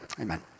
Amen